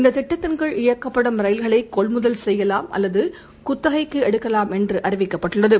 இந்தத் திட்டத்தின் கீழ் இயக்கப்படும் ரயில்களைகொள்முதல் செய்யலாம் அல்லதுகுத்தகைக்குஎடுக்கலாம் என்றுஅறிவிக்கப்பட்டுள்ளது